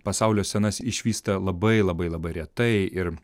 pasaulio scenas išvysta labai labai labai retai ir